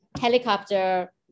helicopter